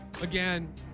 again